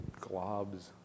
globs